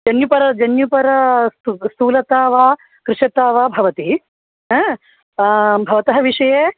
जन्युपरा जन्युपरा स्थू स्थूलता वा कृषता वा भवति हा भवतः विषये